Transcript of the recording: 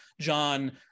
John